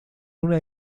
una